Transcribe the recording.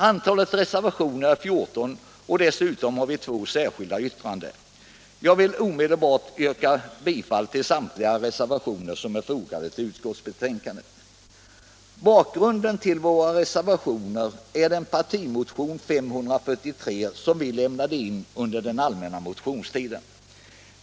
Antalet reservationer är 14, och dessutom har vi två särskilda yttranden. Jag vill omedelbart yrka bifall till samtliga reservationer som är fogade till utskottsbetänkandet. Bakgrunden till våra reservationer är den partimotion 543 som vi lämnade in under den allmänna motionstiden.